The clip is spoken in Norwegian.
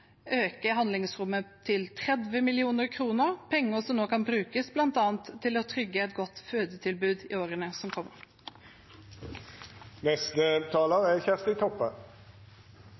handlingsrommet til 30 mill. kr, penger som nå kan brukes bl.a. til å trygge et godt fødetilbud i årene som kommer.